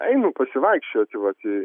einu pasivaikščiot vat į